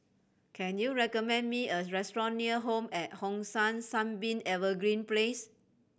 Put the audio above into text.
can you recommend me a restaurant near Home at Hong San Sunbeam Evergreen Place